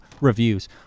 reviews